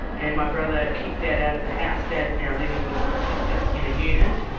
and my brother kicked dad out of the house. dad is now living with my sister in a unit.